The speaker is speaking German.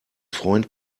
freund